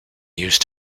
use